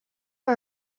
are